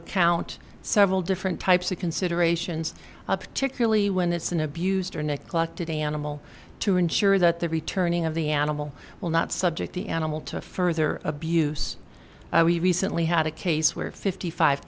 account several different types of considerations a particularly when it's an abused or neglected animal to ensure that the returning of the animal will not subject the animal to further abuse we recently had a case where fifty five